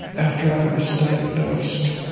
after i was diagnosed